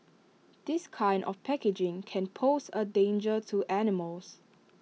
this kind of packaging can pose A danger to animals